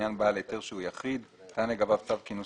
ולעניין בעל היתר שהוא יחיד ניתן לגביו צו כינוס